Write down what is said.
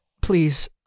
please